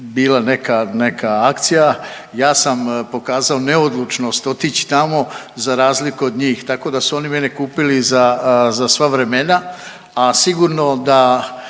bila neka akcija, ja sam pokazao neodlučnost otići tamo za razliku od njih, tako da su oni mene kupili za sva vremena, a sigurno da